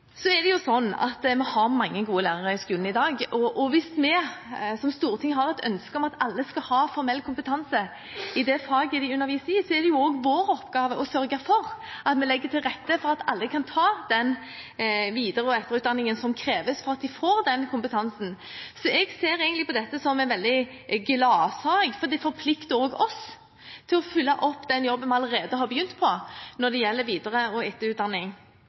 så viktig. Dette er viktig for alle elever, og det er vår oppgave å sørge for å legge til rette for at alle elever får en lærer som har kompetanse i det faget som han underviser i. Det handler om å ha lærere som er motiverte, og som kan formidle kunnskap til elevene sine. Vi har mange gode lærere i skolen i dag, og hvis vi som storting har et ønske om at alle skal ha formell kompetanse i faget de underviser i, er det også vår oppgave å sørge for at det blir lagt til rette for at alle kan ta den videre- og etterutdanningen som kreves for å få den